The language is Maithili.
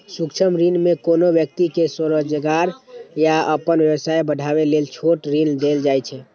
सूक्ष्म ऋण मे कोनो व्यक्ति कें स्वरोजगार या अपन व्यवसाय बढ़ाबै लेल छोट ऋण देल जाइ छै